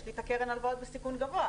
יש לי קרן הלוואות בסיכון גבוה.